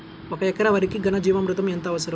ఒక ఎకరా వరికి ఘన జీవామృతం ఎంత అవసరం?